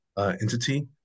entity